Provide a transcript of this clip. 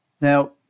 Now